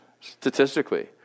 statistically